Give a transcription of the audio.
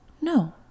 No